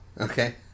Okay